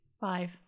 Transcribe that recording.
Five